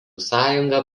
sąjunga